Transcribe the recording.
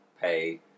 pay